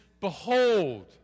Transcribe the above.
Behold